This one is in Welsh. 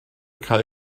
cae